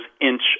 inch